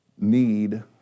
need